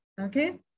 okay